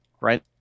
right